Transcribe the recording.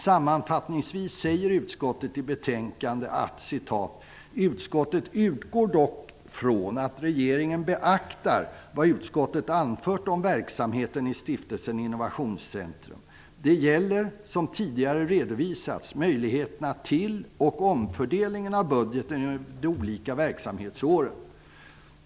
Sammanfattningsvis säger utskottet: ''Utskottet utgår dock från att regeringen beaktar vad utskottet anfört om verksamheten hos stiftelsen Innovationscentrum. Det gäller, som tidigare redovisats, möjligheterna till omfördelning av budgeten över de olika verksamhetsåren --.''